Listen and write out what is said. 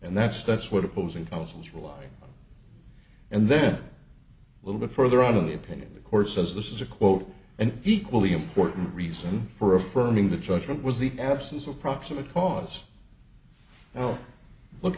and that's that's what opposing counsel is relying and then a little bit further on the opinion the course says this is a quote and equally important reason for affirming the judgment was the absence of proximate cause i'll look